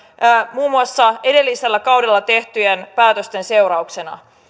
muun muassa edellisellä kaudella tehtyjen päätösten seurauksena